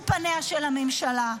אלו פניה של הממשלה,